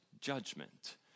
judgment